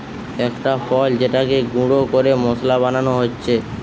একটা ফল যেটাকে গুঁড়ো করে মশলা বানানো হচ্ছে